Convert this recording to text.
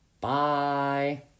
Bye